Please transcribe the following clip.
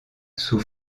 sous